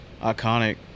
iconic